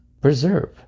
preserve